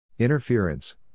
Interference